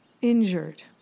injured